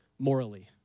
Morally